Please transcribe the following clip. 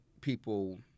people